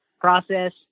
process